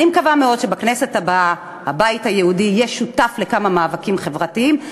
אני מקווה מאוד שבכנסת הבאה הבית היהודי יהיה שותף לכמה מאבקים חברתיים.